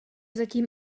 zatím